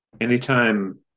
anytime